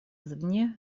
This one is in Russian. извне